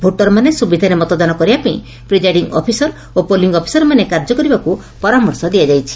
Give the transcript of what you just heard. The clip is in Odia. ଭୋଟରମାନେ ସୁବିଧାରେ ମତଦାନ କରିବା ପାଇଁ ପ୍ରିଜାଇଡିଂ ଅଫିସର ଓ ପୋଲିଂ ଅଫିସରମାନେ କାର୍ଯ୍ୟ କରିବାକୃ ପରାମର୍ଶ ଦିଆଯାଇଛି